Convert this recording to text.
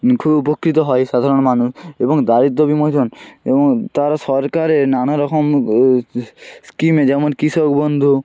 খুব উপকৃত হয় সাধারণ মানুষ এবং দারিদ্র বিমোচন এবং তারা সরকারের নানা রকম ও স্কিমে যেমন কৃষক বন্ধু